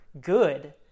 good